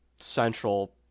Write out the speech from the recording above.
Central